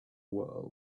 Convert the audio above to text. world